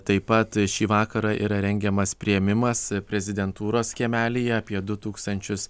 taip pat šį vakarą yra rengiamas priėmimas prezidentūros kiemelyje apie du tūkstančius